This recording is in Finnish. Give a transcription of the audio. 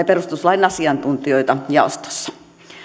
perustuslain asiantuntijoita jaostossa